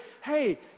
hey